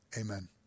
Amen